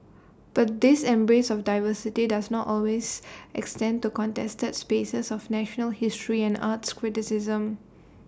but this embrace of diversity does not always extend to contested spaces of national history and arts criticism